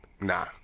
nah